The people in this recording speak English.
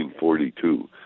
1942